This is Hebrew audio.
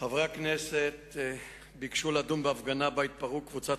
חברי הכנסת ביקשו לדון בהפגנה שבה התפרעה קבוצת